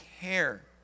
care